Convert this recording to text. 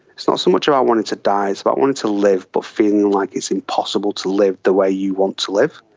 it's not so much about wanting to die, it's about wanting to live but feeling like it's impossible to live the way you want to live.